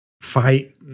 fight